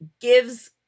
gives